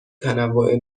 تنوع